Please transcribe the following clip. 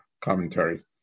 commentary